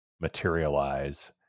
materialize